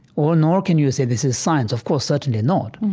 or nor can you say this is science, of course, certainly not.